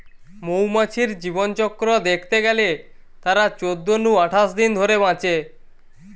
মৌমাছির জীবনচক্র দ্যাখতে গেলে তারা চোদ্দ নু আঠাশ দিন ধরে বাঁচে